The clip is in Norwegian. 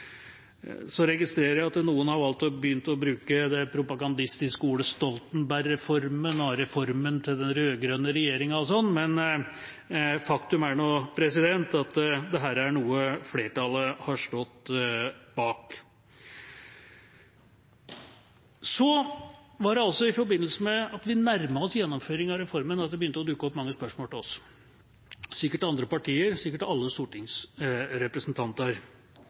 Så registrerer jeg at noen har valgt å begynne å bruke det propagandistiske ordet «Stoltenberg-reformen», «reformen til den rød-grønne regjeringa» og sånn, men faktum er nå at dette er noe flertallet har stått bak. Så begynte det i forbindelse med at vi nærmet oss gjennomføringen av reformen å dukke opp mange spørsmål til oss – sikkert også til andre partier, sikkert til alle stortingsrepresentanter